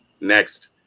Next